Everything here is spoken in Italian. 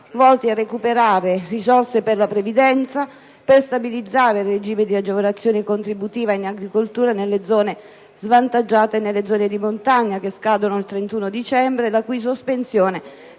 volti a recuperare risorse per la previdenza, per stabilizzare il regime di agevolazione contributiva in agricoltura nelle zone svantaggiate e nelle zone di montagna, che scade il 31 dicembre, la cui sospensione